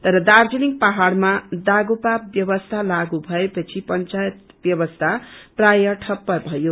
तर दार्जीलिङ पहाड़मा दागोपा व्यवस्ती लागू भएपछि पंचायत व्यवस्था प्रायः ठप्प भयो